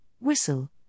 Whistle